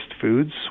foods